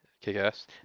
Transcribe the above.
Kick-Ass